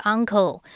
Uncle